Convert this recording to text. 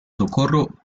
socorro